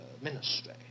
ministry